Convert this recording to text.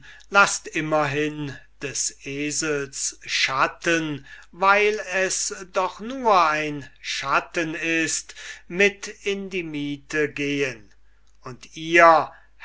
laßt immerhin des esels schatten weils doch nur ein schatten ist mit in die miete gehen und ihr